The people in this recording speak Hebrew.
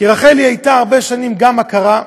כי רחל הייתה הרבה שנים גם עקרה.